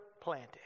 planted